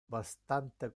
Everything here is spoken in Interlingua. bastante